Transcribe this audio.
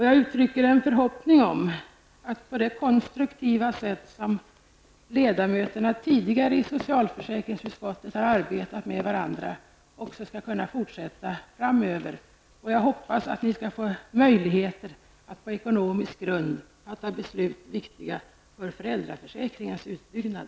Jag uttrycker en förhoppning att vi skall kunna fortsätta det konstruktiva samarbete som vi haft i socialförsäkringsutskottet, och jag hoppas att vi skall få möjligheter att på en stabil ekonomisk grund fatta viktiga beslut om föräldraförsäkringens utbyggnad.